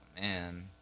man